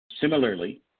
Similarly